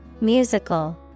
Musical